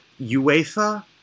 UEFA